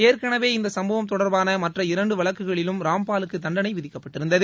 ஏற்கனவே இந்த சம்பவம் தொடர்பான மற்ற இரண்டு வழக்குகளிலும் ராம்பாலுக்கு தண்டணை விதிக்கப்பட்டிருந்தது